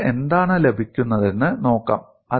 നമുക്ക് എന്താണ് ലഭിക്കുന്നതെന്ന് നോക്കാം